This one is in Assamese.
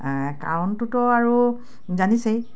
কাৰণটোতো আৰু জানিছেই